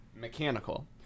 mechanical